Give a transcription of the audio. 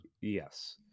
Yes